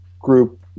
group